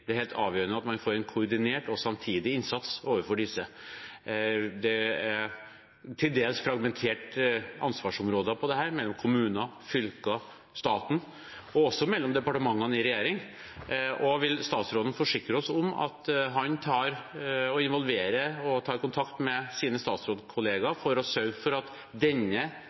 Det er helt avgjørende at man får en koordinert og samtidig innsats overfor disse. Det er til dels fragmenterte ansvarsområder på dette, mellom kommuner, fylker og staten og også mellom departementene i regjering. Vil statsråden forsikre oss om at han involverer og tar kontakt med sine statsrådkolleger for å sørge for at denne